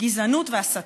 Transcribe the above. גזענות והסתה.